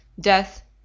Death